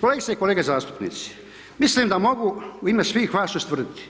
Kolegice i kolege zastupnici, mislim da mogu u ime svih vas ustvrditi